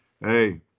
Hey